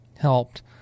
helped